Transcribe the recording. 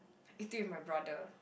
eat it with my brother